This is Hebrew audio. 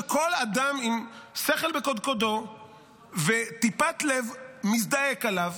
שכל אדם עם שכל בקודקודו וטיפת לב מזדעק עליו,